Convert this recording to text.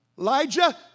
Elijah